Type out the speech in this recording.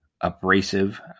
abrasive